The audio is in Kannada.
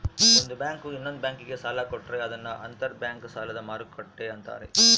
ಒಂದು ಬ್ಯಾಂಕು ಇನ್ನೊಂದ್ ಬ್ಯಾಂಕಿಗೆ ಸಾಲ ಕೊಟ್ರೆ ಅದನ್ನ ಅಂತರ್ ಬ್ಯಾಂಕ್ ಸಾಲದ ಮರುಕ್ಕಟ್ಟೆ ಅಂತಾರೆ